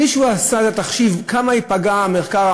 מישהו עשה את התחשיב כמה ייפגעו המחקר,